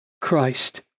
Christ